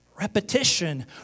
Repetition